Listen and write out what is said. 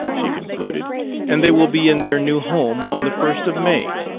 she concluded and they will be in their new home on the first of may.